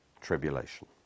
tribulation